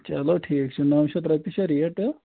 چلو ٹھیٖک چھُ نَو شَتھ رۄپیہِ چھےٚ ریٹ ہہ